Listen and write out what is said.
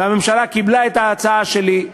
והממשלה קיבלה את ההצעה שלי,